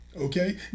Okay